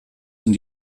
sind